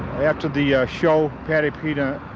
after the show, patti pena,